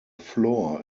floor